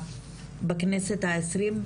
בכנסת ה-20,